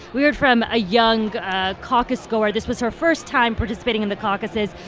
we heard from a young caucus goer. this was her first time participating in the caucuses.